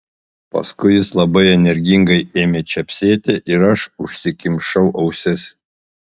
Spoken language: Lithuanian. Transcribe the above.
paskui jis labai energingai ėmė čepsėti ir aš užsikimšau ausis